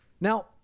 Now